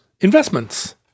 investments